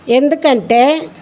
ఎందుకంటే